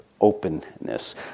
openness